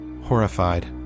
horrified